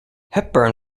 hepburn